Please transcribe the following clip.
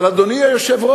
אבל, אדוני היושב-ראש,